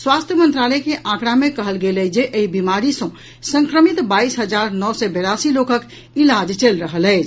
स्वास्थ्य मंत्रालय के आंकड़ा मे कहल गेल अछि जे एहि बीमारी सॅ संक्रमित बाईस हजार नओ सय बेरासी लोकक इलाज चलि रहल अछि